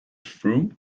through